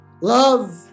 Love